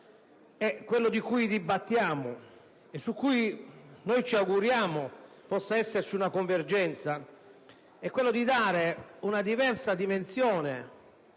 Il tema di cui dibattiamo, su cui ci auguriamo possa trovarsi una convergenza, è quello di dare una diversa dimensione,